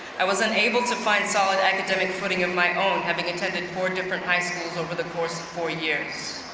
i wasn't able to find solid academic footing of my own having attended four different high schools over the course of four years.